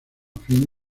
fin